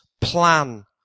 plan